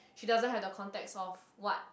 she doesn't have the context of what